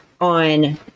on